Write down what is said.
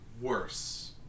worse